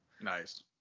nice